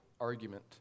argument